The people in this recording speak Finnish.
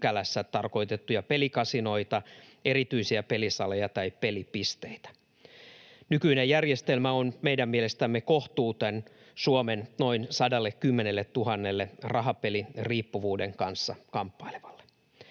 4 §:ssä tarkoitettuja pelikasinoita, erityisiä pelisaleja tai pelipisteitä. Nykyinen järjestelmä on meidän mielestämme kohtuuton Suomen noin 110 000:lle rahapeliriippuvuuden kanssa kamppailevalle.